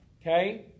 okay